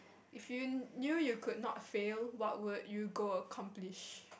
if you knew you could not fail what would you go accomplish